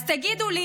אז תגידו לי,